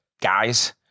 guys